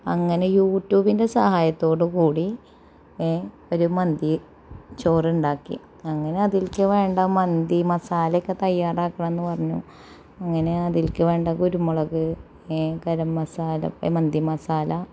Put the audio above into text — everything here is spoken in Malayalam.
അങ്ങനെ യൂറ്റൂബിന്റെ സഹായത്തോട് കൂടി ഒര് മന്തി ചോറുണ്ടാക്കി അങ്ങനെ അതിലേക്ക് വേണ്ട മന്തി മസാലയൊക്കെ തയ്യാറാക്കണം എന്ന് പറഞ്ഞു അങ്ങനെ അതിലേക്ക് വേണ്ട കുരുമുളക് ഗരംമസാല മന്തിമസാല